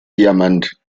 diamant